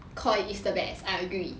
Koi is the best I agree